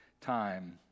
time